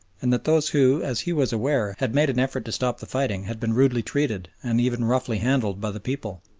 and that those who, as he was aware, had made an effort to stop the fighting had been rudely treated, and even roughly handled, by the people.